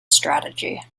strategy